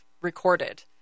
recorded